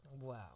Wow